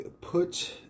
put